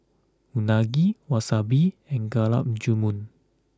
Unagi Wasabi and Gulab Jamun